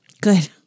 Good